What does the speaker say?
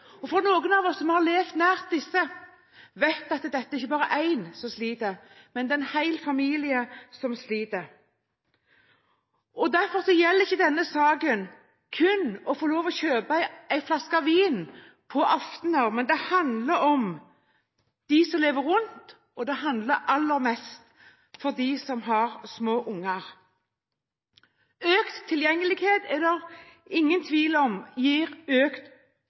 sliter. Og noen av oss som har levd nær disse, vet at det ikke bare er én som sliter, men det er en hel familie som sliter. Derfor gjelder ikke denne saken kun om det å få lov til å kjøpe en flaske vin på aftener, men det handler om dem som lever rundt de som sliter, og det handler aller mest om dem som har små unger. Økt tilgjengelighet er det ingen tvil om gir økt